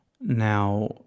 Now